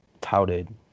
touted